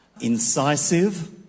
incisive